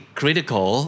critical